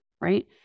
Right